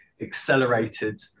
accelerated